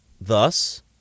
thus